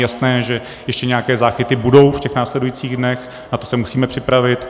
Je jasné, že ještě nějaké záchyty budou v těch následujících dnech, na to se musíme připravit.